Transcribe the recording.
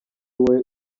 wowe